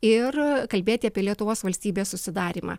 ir kalbėti apie lietuvos valstybės susidarymą